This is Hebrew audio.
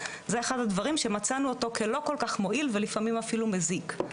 זה אחד הדברים שמצאנו אותו כלא כל כך מועיל ולפעמים אפילו מזיק,